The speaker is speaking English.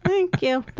thank you. but